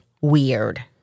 weird